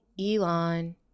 Elon